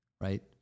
right